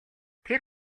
тэр